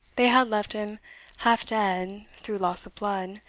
they had left him half dead through loss of blood,